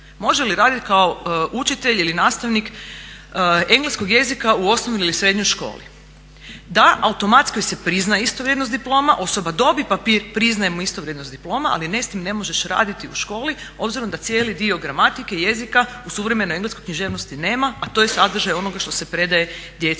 može li radit kao učitelj ili nastavnik engleskog jezika u osnovnoj ili srednjoj školi? Da, automatski joj se prizna istovrijednost diploma, osoba dobije papir priznajemo istovrijednost diploma, ali ne s tim ne možeš raditi u školi obzirom da cijeli dio gramatike, jezika u suvremenoj engleskoj književnosti nema, a to je sadržaj onoga što se predaje djeci